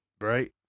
Right